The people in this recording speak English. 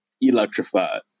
Electrified